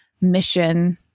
mission